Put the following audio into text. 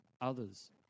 others